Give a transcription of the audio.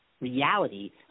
reality